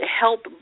help